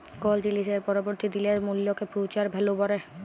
call জিলিসের পরবর্তী দিলের মূল্যকে ফিউচার ভ্যালু ব্যলে